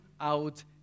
out